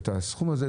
ואת הסכום הזה,